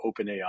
OpenAI